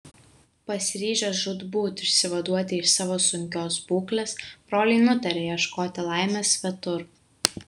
pasiryžę žūtbūt išsivaduoti iš savo sunkios būklės broliai nutarė ieškoti laimės svetur